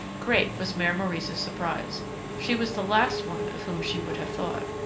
great was mere maurice's surprise she was the last one of whom she would have thought.